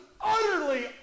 utterly